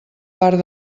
part